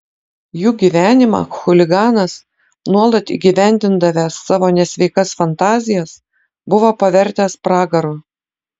jų gyvenimą chuliganas nuolat įgyvendindavęs savo nesveikas fantazijas buvo pavertęs pragaru